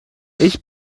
ich